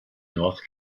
north